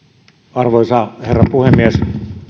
arvoisa herra puhemies